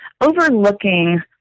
overlooking